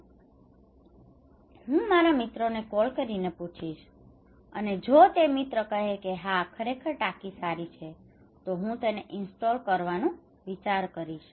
તેથી હું મારા મિત્રોને કોલ કરીને પૂછીશ અને જો તે મિત્ર કહે કે હ ખરેખર આ ટાંકી સારી છે તો હું તેને ઇન્સ્ટોલ install સ્થાપિત કરવું કરવાનું વિચારીશ